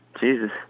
jesus